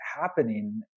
happening